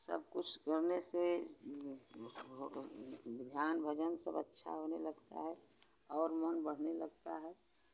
सब कुछ करने से ध्यान भजन सब अच्छा होने लगता है और मन बढ़ने लगता है